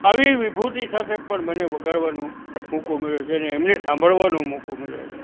આવી વિભૂતિ સાથે પણ મને વગાડવાનો મોકો મળ્યો છે ને એમને સાંભળવાનો મોકો મળ્યો છે